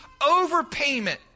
overpayment